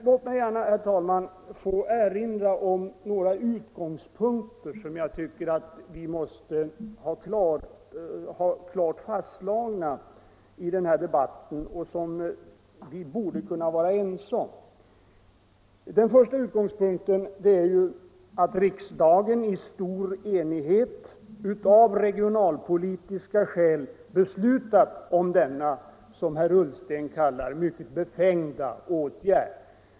Låt mig alltså, herr talman, få erinra om några utgångspunkter som jag tycker att vi måste ha klart fastslagna i den här debatten och som vi borde kunna vara ense om. Den första utgångspunkten är att riksdagen i stor enighet av regionalpolitiska skäl beslutat om denna, som herr Ullsten kallar den, mycket befängda åtgärd.